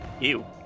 Ew